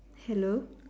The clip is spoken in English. hello